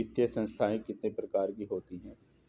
वित्तीय संस्थाएं कितने प्रकार की होती हैं?